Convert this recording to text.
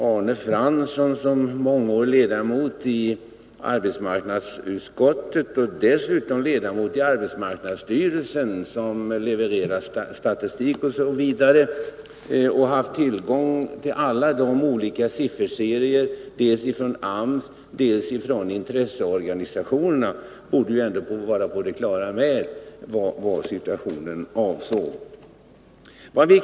Arne Fransson är sedan många år tillbaka ledamot av arbetsmarknadsutskottet och är dessutom ledamot av arbetsmarknadsstyrelsen, där man levererat statistikuppgifter och haft tillgång till olika sifferserier, dels från AMS, dels från intresseorganisationerna. Han borde därför vara på det klara med situationens innebörd.